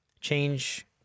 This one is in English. change –